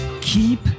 keep